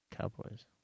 Cowboys